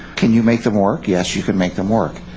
can you make them work? yes you can make them work.